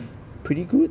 pretty good